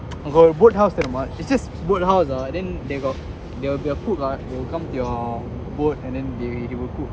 got a boat house ah it's just boat house ah then they got they will be a cook lah then they will come to your boat and then they they will cook